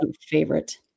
favorite